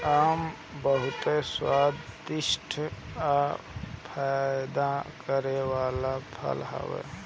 आम बहुते स्वादिष्ठ आ फायदा करे वाला फल हवे